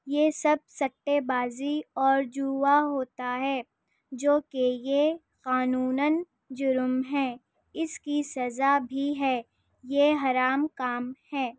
یہ سب سٹے بازی اور جوا ہوتا ہے جو کہ یہ قانوناً جرم ہے اس کی سزا بھی ہے یہ حرام کام ہے